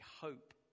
hope